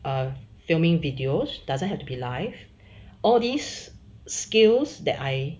or filming videos doesn't have to be live all these skills that I